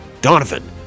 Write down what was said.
Donovan